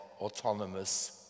autonomous